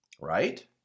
right